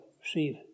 receive